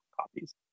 copies